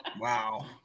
Wow